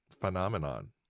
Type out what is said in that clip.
phenomenon